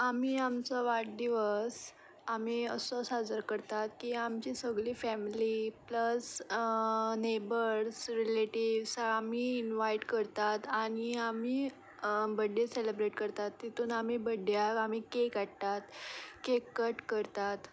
आमी आमचो वाडदिवस आमी असो साजरो करता की आमची सगली फॅमिली प्लस नेबर्स रिलेटिव्स आमी इनवायट करतात आनी आमी बर्थडे सेलीब्रेट करतात तितून आमी बर्थडेक आमी केक हाडटात केक कट करतात